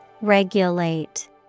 regulate